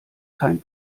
kein